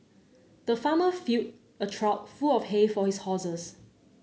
the farmer filled a trough full of hay for his horses